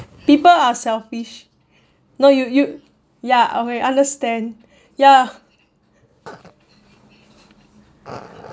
people are selfish no you you ya okay understand ya